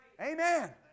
Amen